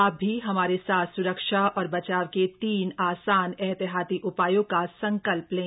आप भी हमारे साथ स्रक्षा और बचाव के तीन आसान एहतियाती उपायों का संकल्प लें